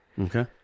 Okay